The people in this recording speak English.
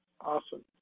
awesome